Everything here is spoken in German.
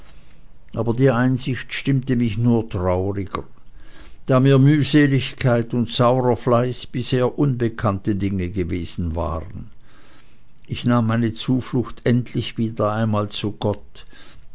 aber die einsicht stimmte mich nur trauriger da mir mühseligkeit und saurer fleiß bisher unbekannte dinge gewesen waren ich nahm meine zuflucht endlich wieder einmal zu gott